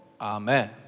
Amen